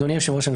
אדוני היושב-ראש,